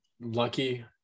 lucky